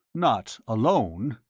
not alone.